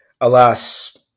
Alas